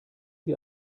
wie